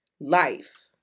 life